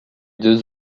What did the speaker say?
deux